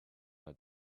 had